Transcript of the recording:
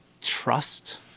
trust